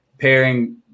pairing